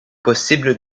possible